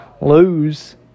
lose